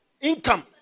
income